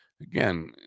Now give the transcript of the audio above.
again